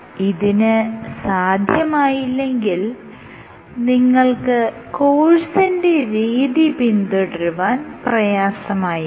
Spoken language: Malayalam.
ഇതിന് സാധ്യമായില്ലെങ്കിൽ നിങ്ങൾക്ക് കോഴ്സിന്റെ രീതി പിന്തുടരുവാൻ പ്രയാസമായേക്കും